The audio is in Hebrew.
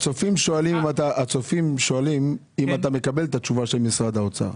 הצופים שואלים אם אתה מקבל את התשובה של משרד האוצר.